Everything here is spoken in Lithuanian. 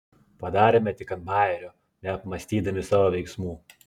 padarėme tik ant bajerio neapmąstydami savo veiksmų